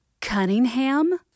Cunningham